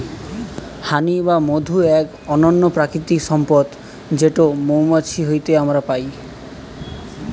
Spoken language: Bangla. হানি বা মধু এক অনন্য প্রাকৃতিক সম্পদ যেটো মৌমাছি হইতে আমরা পাই